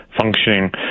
functioning